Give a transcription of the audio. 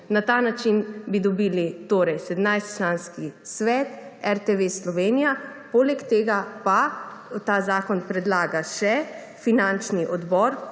Na ta način bi dobili torej 17-članski svet RTV Slovenija. Poleg tega ta zakon predlaga še finančni odbor